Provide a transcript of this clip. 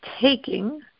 taking